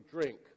drink